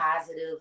positive